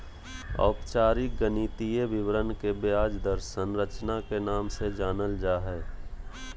औपचारिक गणितीय विवरण के ब्याज दर संरचना के नाम से जानल जा हय